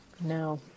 No